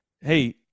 hey